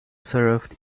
served